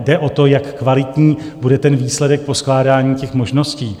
Jde o to, jak kvalitní bude výsledek poskládání těch možností.